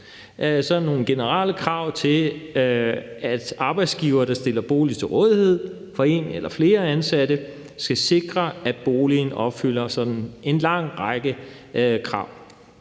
den grund nogle generelle krav til, at arbejdsgivere, der stiller bolig til rådighed for en eller flere ansatte, skal sikre, at boligen opfylder en lang række krav.